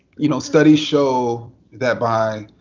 you know studies show that by